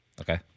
Okay